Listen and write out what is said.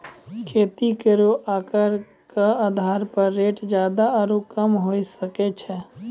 खेती केरो आकर क आधार पर रेट जादा आरु कम हुऐ सकै छै